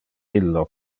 illo